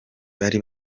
bari